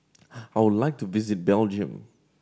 I would like to visit Belgium